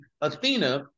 Athena